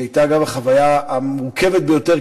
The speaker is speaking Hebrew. שהייתה גם החוויה המורכבת ביותר,